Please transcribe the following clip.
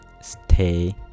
stay